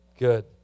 Good